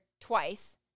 twice